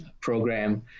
program